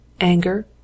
anger